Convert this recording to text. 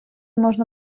можна